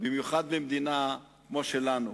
במיוחד במדינה כמו שלנו,